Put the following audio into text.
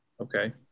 okay